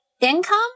income